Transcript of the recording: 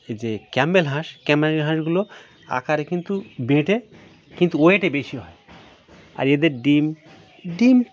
এই যে ক্যাম্পবেল হাঁস ক্যাম্পবেল হাঁসগুলো আকারে কিন্তু বেঁটে কিন্তু ওয়েটে বেশি হয় আর এদের ডিম ডিম